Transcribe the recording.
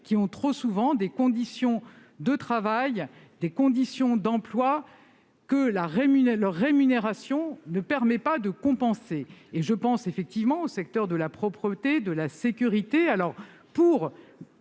qui connaissent trop souvent des conditions de travail et des conditions d'emploi que leur rémunération ne permet pas de compenser. Je pense effectivement aux secteurs de la propreté ou de la sécurité.